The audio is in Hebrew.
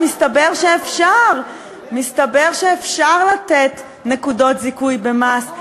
מסתבר שאפשר, מסתבר שאפשר לתת נקודות זיכוי במס.